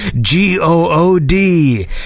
G-O-O-D